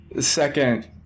second